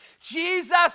Jesus